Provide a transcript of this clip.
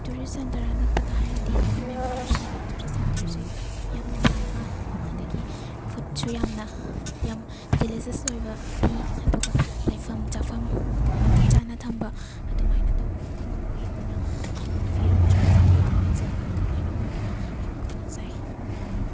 tourist center ꯑꯅꯛꯄꯗ ꯍꯥꯏꯔꯗꯤ M M R ꯁꯤꯒꯤ ꯇꯨꯔꯤꯁ ꯁꯦꯟꯇꯔꯁꯤ ꯌꯥꯝ ꯅꯨꯡꯉꯥꯏꯕ ꯑꯗꯒꯤ ꯐꯨꯠꯁꯨ ꯌꯥꯝꯅ ꯌꯥꯝ ꯗꯤꯂꯤꯁꯁ ꯑꯣꯏꯕꯒꯤ ꯑꯗꯨꯒ ꯂꯩꯐꯝ ꯆꯥꯐꯝ ꯃꯇꯤꯛ ꯆꯥꯅ ꯊꯝꯕ ꯑꯗꯨꯃꯥꯏꯅ ꯇꯧꯕ ꯃꯐꯝ ꯑꯃ ꯑꯣꯏ ꯑꯗꯨꯅ ꯐꯤꯔꯣꯜꯁꯨ ꯃꯁꯥꯒꯤ ꯑꯗꯨꯝ ꯂꯩꯖꯕ ꯑꯗꯨꯃꯥꯏꯅ ꯑꯣꯏꯕꯅ ꯌꯥꯝ ꯈꯨꯗꯣꯡ ꯆꯥꯏ